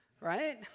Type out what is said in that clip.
Right